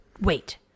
wait